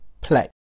Play